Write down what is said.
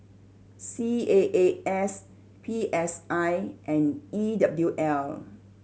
C A A S P S I and E W L